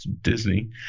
disney